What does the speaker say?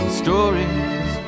stories